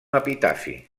epitafi